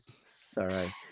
Sorry